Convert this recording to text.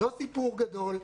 זה לא סיפור גדול.